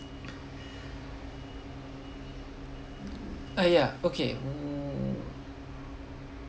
ah ya okay um